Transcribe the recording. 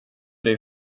dig